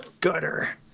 gutter